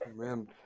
Amen